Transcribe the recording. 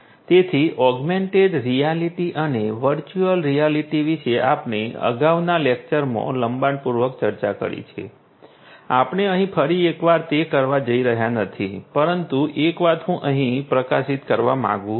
તેથી augmented reality અને virtual reality વિશે આપણે અગાઉના લેક્ચરમાં લંબાણપૂર્વક ચર્ચા કરી છે આપણે અહીં ફરી એકવાર તે કરવા જઈ રહ્યા નથી પરંતુ એક વાત હું અહીં પ્રકાશિત કરવા માંગુ છું